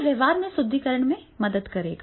यह व्यवहार के सुदृढीकरण में मदद करेगा